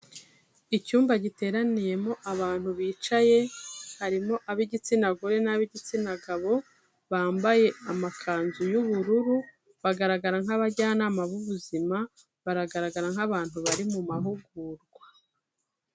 Icyumba giteraniyemo abantu bicaye harimo ab'igitsina gore n'ab'igitsina gabo, bambaye amakanzu y'ubururu bagaragara nk'abajyanama b'ubuzima baragaragara nk'abantu bari mu mahugurwa.